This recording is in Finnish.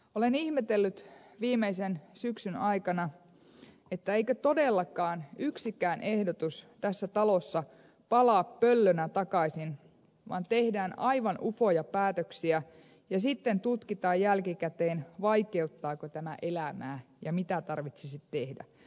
olen ihmetellyt viimeisen syksyn aikana eikö todellakaan yksikään ehdotus tässä talossa palaa pöllönä takaisin vaan tehdään aivan ufoja päätöksiä ja sitten tutkitaan jälkikäteen vaikeuttaako tämä elämää ja mitä tarvitsisi tehdä